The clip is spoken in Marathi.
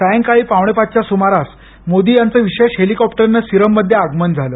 सायंकाळी पावणेपाच च्या सुमारास मोदी यांचं विशेष हेलिकॉप्टरने सिरम मध्ये आगमन झालं